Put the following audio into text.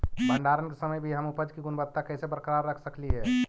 भंडारण के समय भी हम उपज की गुणवत्ता कैसे बरकरार रख सकली हे?